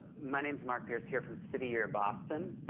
my name's mark pierce, here from city year boston.